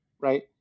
right